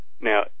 Now